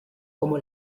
como